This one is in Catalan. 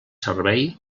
servei